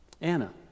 Anna